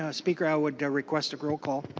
ah speaker i would request a rollcall